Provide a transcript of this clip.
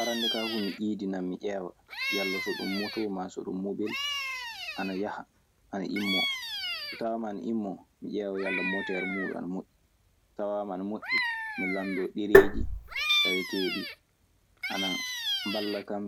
Arannde kaa fuu mi iidinan mi ƴeewa, yalla so ɗum moto maa so ɗum mobel ana yaha ana immoo. So tawaama ana immoo mi ƴeewa yalla motere muuɗum ana moƴƴi. So tawaama ana moƴƴi. Mi lanndoo ɗereeji tawetee ɗi ana mbaala kan